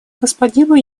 господину